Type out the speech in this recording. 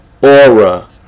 Aura